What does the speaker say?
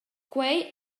quei